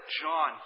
John